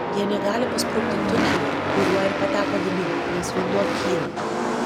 jie negali pasprukti tuneliu kuriuo ir pateko vidun nes vanduo kyla